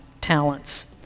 talents